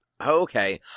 Okay